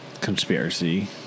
conspiracy